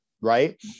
right